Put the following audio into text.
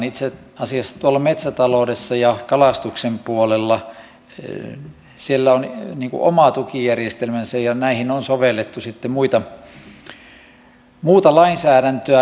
itse asiassa tuolla metsätaloudessa ja kalastuksen puolella on oma tukijärjestelmänsä ja näihin on sovellettu sitten muuta lainsäädäntöä